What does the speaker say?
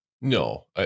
No